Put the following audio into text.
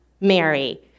mary